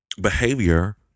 behavior